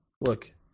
look